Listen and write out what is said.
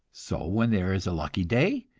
so when there is a lucky day,